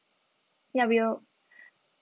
ya we'll